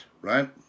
Right